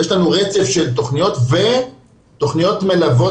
יש לנו רצף של תכניות ותכניות מלוות